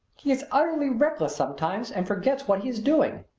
he is utterly reckless sometimes and forgets what he is doing.